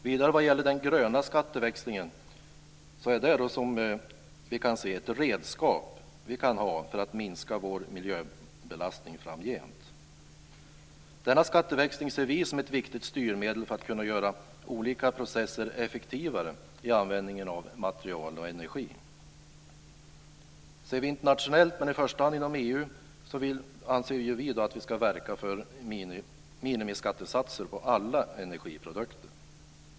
Vad gäller den gröna skatteväxlingen är det, som vi kan se, ett redskap vi kan ha för att minska vår miljöbelastning framgent. Denna skatteväxling ser vi som ett viktigt styrmedel för att kunna göra olika processer effektivare i användningen av material och energi. Vi anser att vi internationellt, men i första hand inom EU, ska verka för minimiskattesatser på alla energiprodukter.